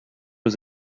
was